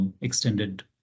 extended